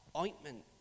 ointment